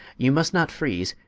you must not freeze,